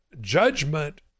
judgment